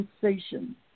sensation